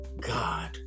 God